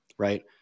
right